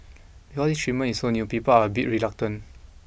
because this treatment is so new people are a bit reluctant